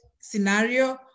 scenario